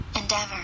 Endeavor